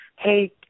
Hey